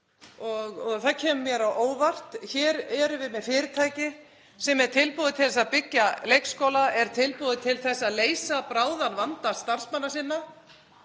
Það kemur mér á óvart. Við erum hér með fyrirtæki sem er tilbúið til að byggja leikskóla, er tilbúið til að leysa bráðan vanda starfsmanna sinna.